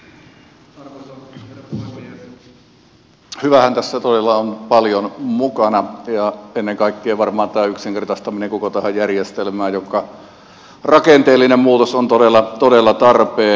hyväähän tässä todella on paljon mukana ennen kaikkea varmaan tämä yksinkertaistaminen koko tässä järjestelmässä jonka rakenteellinen muutos on todella tarpeen